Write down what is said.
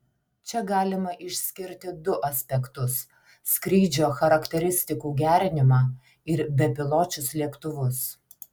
čia galima išskirti du aspektus skrydžio charakteristikų gerinimą ir bepiločius lėktuvus